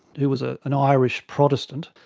who was ah an irish protestant.